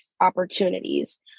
opportunities